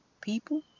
People